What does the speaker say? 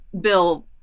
Bill